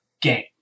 game